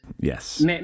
Yes